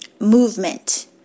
movement